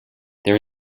there